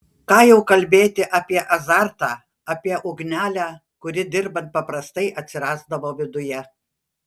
ką jau kalbėti apie azartą apie ugnelę kuri dirbant paprastai atsirasdavo viduje